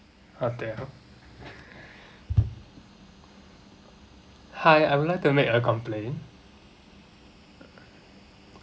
hotel hi I would like to make a complaint